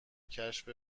کشف